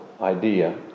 idea